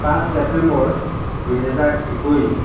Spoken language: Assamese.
পাঁচ ছেপ্তেম্বৰ দুহেজাৰ একৈছ